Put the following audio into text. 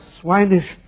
swinish